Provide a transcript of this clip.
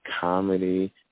comedy